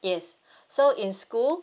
yes so in school